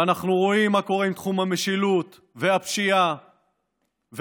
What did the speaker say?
ואנחנו רואים מה קורה עם תחום המשילות והפשיעה והאלימות.